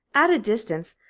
at a distance,